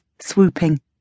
swooping